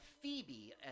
Phoebe